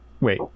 Wait